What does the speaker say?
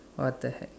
what the heck